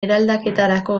eraldaketarako